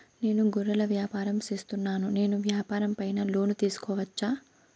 నేను గొర్రెలు వ్యాపారం సేస్తున్నాను, నేను వ్యాపారం పైన లోను తీసుకోవచ్చా?